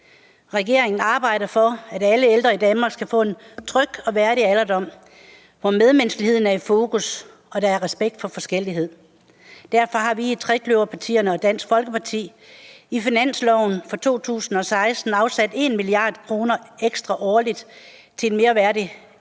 Regeringen arbejder for, at alle ældre i Danmark kan få en tryg og værdig alderdom, hvor medmenneskelighed er i fokus og der er respekt for forskellighed. Derfor har vi i trekløverpartierne og i Dansk Folkeparti i finansloven for 2016 afsat 1 mia. kr. ekstra årligt til en mere værdig ældrepleje.